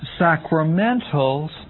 sacramentals